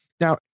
Now